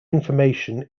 information